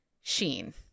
sheen